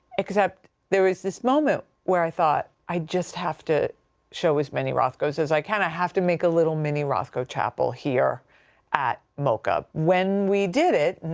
except, there was this moment where i thought i just have to show as many rothkos as i can. i have to make a little mini rothko chapel here at moca. when we did it,